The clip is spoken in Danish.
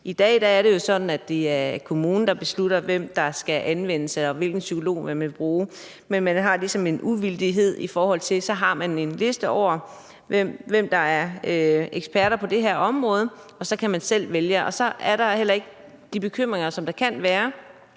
I dag er det jo sådan, at det er kommunen, der beslutter, hvem der skal anvendes, og hvilken psykolog der skal bruges. Her har man har en uvildighed, fordi man har en liste over, hvem der er eksperter på det her område, og så kan man selv vælge. Og så er der heller ikke de bekymringer, som der kan være,